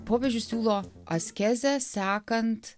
popiežius siūlo askezę sekant